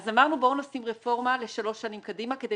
ולכן אמרנו שנשים רפורמה לשלוש שנים קדימה כדי